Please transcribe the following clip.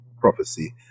prophecy